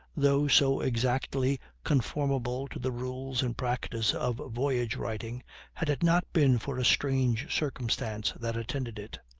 though so exactly conformable to the rules and practice of voyage-writing, had it not been for a strange circumstance that attended it.